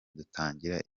dutangira